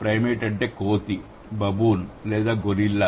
primate అంటే కోతి baboon లేదా గొరిల్లా